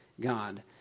God